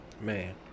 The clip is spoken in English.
man